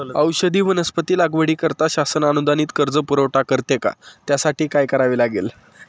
औषधी वनस्पती लागवडीकरिता शासन अनुदानित कर्ज पुरवठा करते का? त्यासाठी काय करावे लागेल?